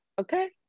okay